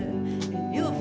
and you know